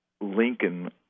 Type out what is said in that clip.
Lincoln